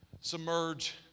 submerge